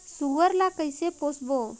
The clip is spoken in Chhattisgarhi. सुअर ला कइसे पोसबो?